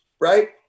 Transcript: right